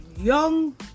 young